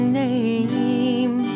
name